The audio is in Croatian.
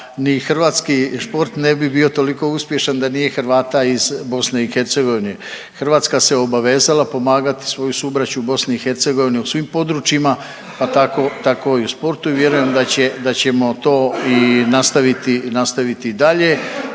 Hrvatska se obavezala pomagati svoju subraću u BiH u svim područjima, pa tako i u sportu i vjerujem da ćemo to i nastaviti dalje,